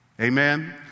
Amen